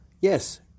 Yes